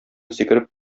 сикереп